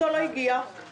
כי